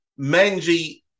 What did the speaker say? Menji